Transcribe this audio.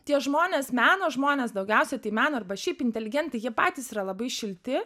tie žmonės meno žmonės daugiausiai tai meno arba šiaip inteligentai jie patys yra labai šilti